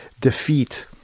defeat